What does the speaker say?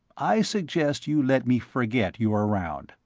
i suggest you let me forget you're around,